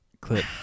clip